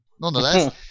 nonetheless